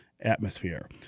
atmosphere